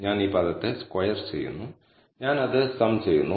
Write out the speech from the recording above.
ഞാൻ ഈ പദത്തെ സ്ക്വയർ ചെയ്യുന്നു ഞാൻ അത് സം ചെയ്യുന്നു